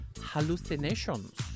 Hallucinations